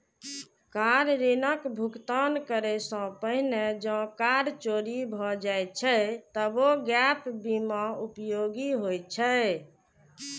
car ऋणक भुगतान करै सं पहिने जौं कार चोरी भए जाए छै, तबो गैप बीमा उपयोगी होइ छै